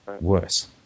worse